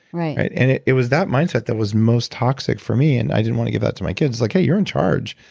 and it it was that mindset that was most toxic for me and i didn't want to give that to my kids. like hey you're in charge